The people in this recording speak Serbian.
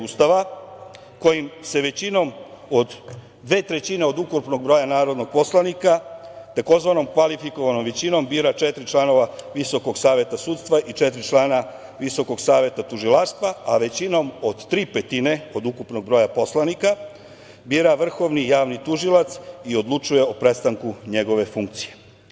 Ustava, kojim se većinom od dve trećine od ukupnog broja narodnih poslanika, tzv. kvalifikovanom većinom bira četiri člana Visokog saveta sudstva i četiri člana Visokog saveta tužilaštva, a većinom od tri petine od ukupnog broja poslanika bira Vrhovni javni tužilac i odlučuje o prestanku njegove funkcije.